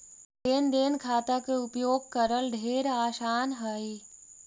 लेन देन खाता के उपयोग करल ढेर आसान हई